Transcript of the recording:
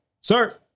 sir